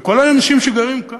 וכל האנשים שגרים כאן.